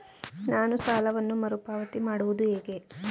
ನಾನು ಸಾಲವನ್ನು ಮರುಪಾವತಿ ಮಾಡುವುದು ಹೇಗೆ?